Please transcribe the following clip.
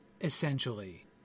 essentially